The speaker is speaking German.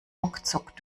ruckzuck